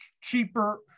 cheaper